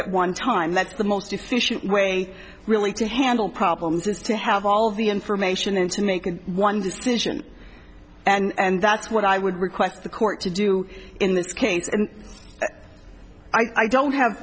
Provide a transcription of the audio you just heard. at one time that's the most efficient way really to handle problems is to have all the information and to make one decision and that's what i would request the court to do in this case and i don't have